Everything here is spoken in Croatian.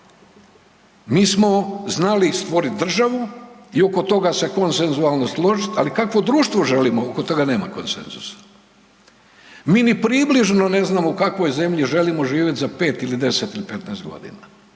Mi smo znali stvoriti državu i oko toga se konsensualno složit. Ali kakvo društvo želimo? Oko toga nema konsenzusa. Mi ni približno ne znamo u kakvoj zemlji želimo živjeti za 5, 10 ili 15 godina,